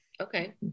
Okay